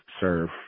serve